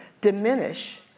diminish